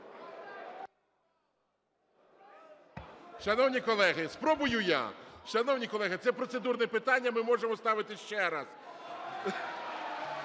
Шановні колеги, спробую я. Шановні колеги, це процедурне питання, ми можемо ставити ще раз.